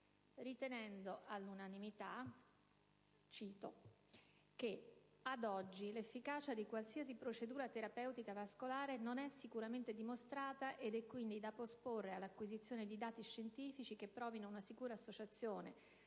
ritenendo, all'unanimità, che «ad oggi l'efficacia di qualsiasi procedura terapeutica vascolare non è sicuramente dimostrata ed è quindi da posporre all'acquisizione di dati scientifici che provino una sicura associazione